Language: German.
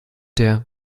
der